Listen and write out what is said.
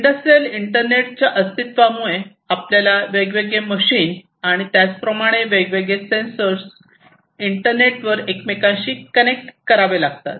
industrial इंटरनेटच्या अस्तित्वामुळे आपल्याला वेगवेगळे मशीन आणि त्याच प्रमाणे वेगवेगळे सेंसर इंटरनेटवर एकमेकांशी कनेक्ट करावे लागतात